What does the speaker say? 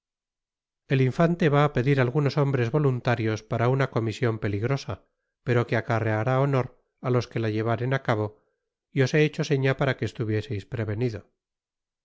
el infante va á pedir algunos hombres voluntarios para una comision peligrosa pero que acarreará honor á los que la llevaren á cabo y os he hecho seña para que estuvieseis prevenido